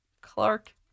Clark